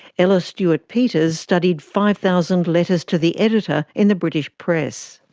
ella stewart-peters studied five thousand letters to the editor in the british press.